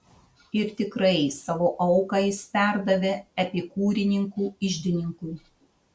ir tikrai savo auką jis perdavė epikūrininkų iždininkui